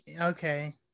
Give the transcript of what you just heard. okay